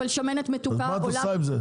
אבל שמנת מתוקה עולה --- אז מה את עושה עם זה?